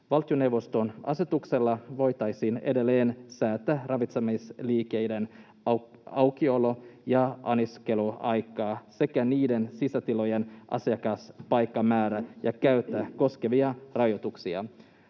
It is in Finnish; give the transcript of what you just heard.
Valtioneuvoston asetuksella voitaisiin edelleen säätää ravitsemisliikkeiden aukiolo‑ ja anniskeluaikaa sekä niiden sisätilojen asiakaspaikkamäärää ja käyttöä koskevia rajoituksia.